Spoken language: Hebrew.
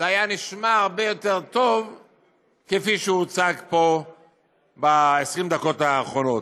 זה היה נשמע הרבה יותר טוב מכפי שהוצג פה ב-20 הדקות האחרונות,